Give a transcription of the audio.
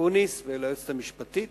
אקוניס וליועצת המשפטית